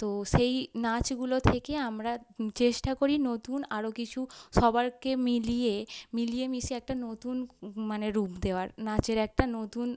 তো সেই নাচগুলো থেকে আমরা চেষ্টা করি নতুন আরও কিছু সবারকে মিলিয়ে মিলিয়ে মিশিয়ে একটা নতুন মানে রূপ দেওয়ার নাচের একটা নতুন